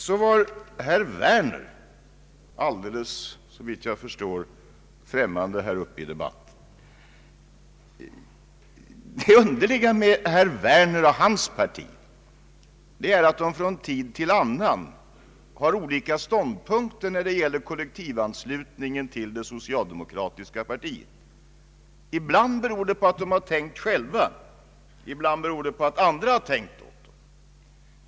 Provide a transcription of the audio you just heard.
Herr Werner var, såvitt jag förstår, alldeles främmande i denna debatt. Det underliga med herr Werner och hans parti är att man från tid till annan har olika ståndpunkter när det gäller kollektivanslutningen till det socialdemokratiska partiet. Ibland beror det på att man har tänkt själv, ibland beror det på att andra har tänkt i stället.